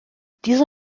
diese